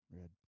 Red